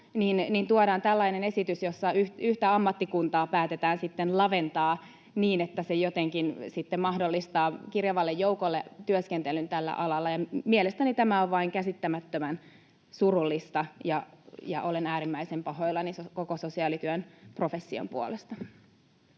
tuodaan tällainen esitys, jossa yhtä ammattikuntaa päätetään sitten laventaa niin, että se jotenkin mahdollistaa kirjavalle joukolle työskentelyn tällä alalla. Mielestäni tämä on vain käsittämättömän surullista, ja olen äärimmäisen pahoillani koko sosiaalityön profession puolesta.